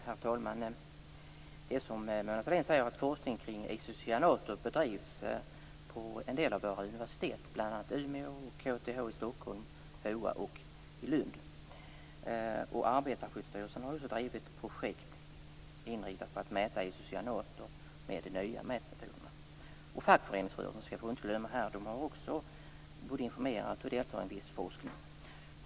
Herr talman! Det är som Mona Sahlin säger att forskning kring isocyanater bedrivs på en del av våra universitet. Det gäller bl.a. Umeå universitet, KTH i Stockholm, FOA och i Lund. Arbetarskyddsstyrelsen har också bedrivit projekt inriktat på att mäta isocyanater med de nya mätmetoderna. Vi får här inte glömma att också fackföreningsrörelsen både informerat och deltagit i viss forskning.